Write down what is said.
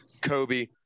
kobe